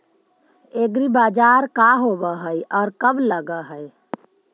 एग्रीबाजार का होब हइ और कब लग है?